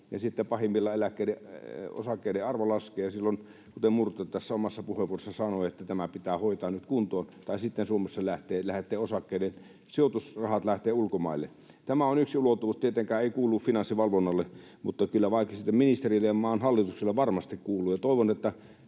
sitten pahimmillaan osakkeiden arvo laskee, ja silloin, kuten Murto tässä omassa puheenvuorossaan sanoi, tämä pitää hoitaa nyt kuntoon, tai sitten Suomesta osakkeiden sijoitusrahat lähtevät ulkomaille. Tämä on yksi ulottuvuus. Tietenkään ei kuulu Finanssivalvonnalle, mutta kyllä vaikka sitten ministerille ja maan hallitukselle varmasti kuuluu.